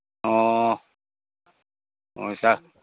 ꯑꯣ ꯑꯣ